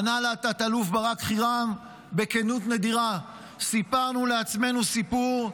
ענה לה התת-אלוף ברק חירם בכנות נדירה: סיפרנו לעצמנו סיפור,